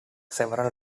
several